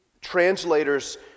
Translators